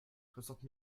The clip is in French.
soixante